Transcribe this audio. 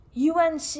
UNC